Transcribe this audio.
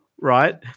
right